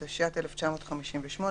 התשי"ט 1958,